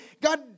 God